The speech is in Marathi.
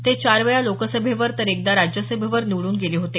ते चार वेळा लोकसभेवर तर एकदा राज्यसभेवर निवडून गेले होते